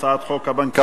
הצעת חוק הבנקאות